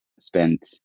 spent